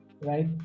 Right